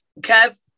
Kev